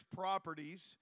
properties